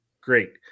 great